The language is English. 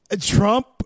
Trump